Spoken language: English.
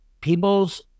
people's